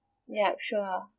yup sure